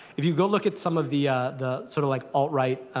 if you go look at some of the the sort of like, alt-right,